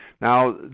Now